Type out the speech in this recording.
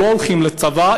שלא הולכים לצבא,